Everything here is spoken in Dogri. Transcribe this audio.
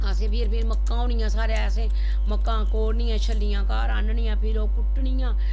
असें फिर फ्ही मक्कां होनियां साढ़ै असें मक्कां कोड़नियां शल्लियां घर आननियां फिर ओह् कुट्टनियां